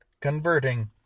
converting